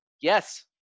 Yes